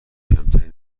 کمتری